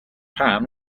pan